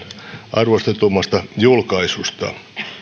arvostetummasta julkaisusta